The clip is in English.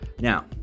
Now